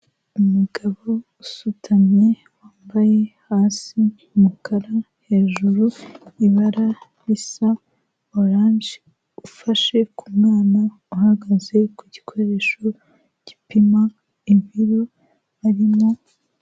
Umugabo usutamye wambaye hasi umukara hejuru ibara risa oranje, ufashe ku mwana uhagaze ku gikoresho gipima ibiro arimo.